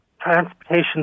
transportation